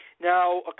Now